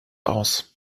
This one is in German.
aus